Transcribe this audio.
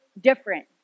different